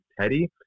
Teddy